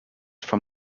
from